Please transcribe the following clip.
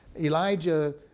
Elijah